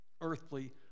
earthly